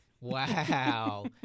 Wow